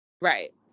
Right